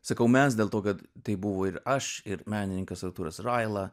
sakau mes dėl to kad tai buvo ir aš ir menininkas artūras raila